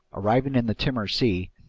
arriving in the timor sea,